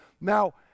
now